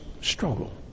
struggle